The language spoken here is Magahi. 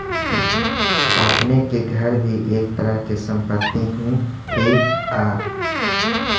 आपने के घर भी एक तरह के संपत्ति ही हेअ